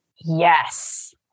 Yes